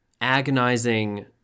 agonizing